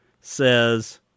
says